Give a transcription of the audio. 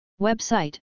Website